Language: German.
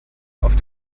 auf